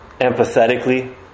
empathetically